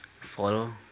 follow